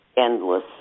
endless